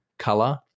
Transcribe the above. Color